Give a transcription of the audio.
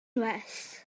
anwes